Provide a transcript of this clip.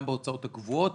גם בהוצאות הקבועות